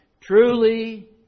Truly